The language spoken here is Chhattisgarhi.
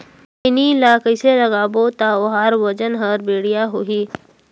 खैनी ला कइसे लगाबो ता ओहार वजन हर बेडिया होही?